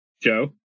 Joe